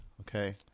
okay